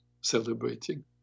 celebrating